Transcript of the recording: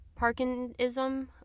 Parkinsonism